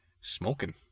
smoking